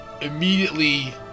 immediately